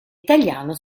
italiano